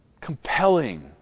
Compelling